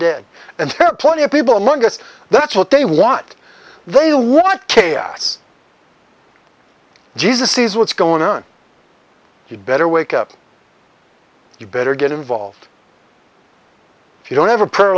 dead and plenty of people among us that's what they want they want chaos jesus sees what's going on you better wake up you better get involved if you don't have a p